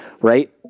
right